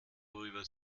worüber